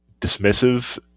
dismissive